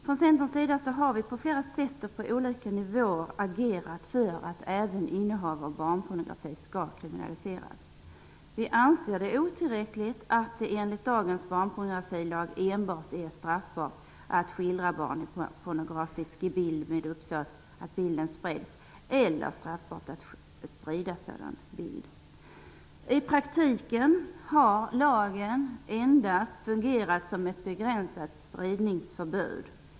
Från Centerns sida har vi på flera sätt och på olika nivåer agerat för att även innehav av barnpornografi skall kriminaliseras. Vi anser det otillräckligt att det enligt dagens barnpornografilag enbart är straffbart att skildra barn i pornografisk bild med uppsåt att bilden skall spridas och att sprida en sådan bild. I praktiken har lagen endast fungerat som ett begränsat spridningsförbud.